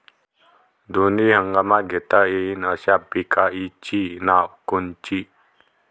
दोनी हंगामात घेता येईन अशा पिकाइची नावं कोनची?